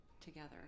together